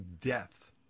death